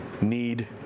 need